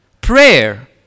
Prayer